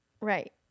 right